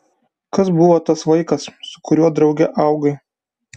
kas buvo tas vaikas su kuriuo drauge augai